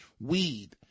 weed